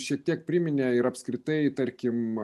šiek tiek priminė ir apskritai tarkim